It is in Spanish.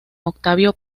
octavio